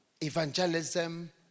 evangelism